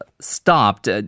stopped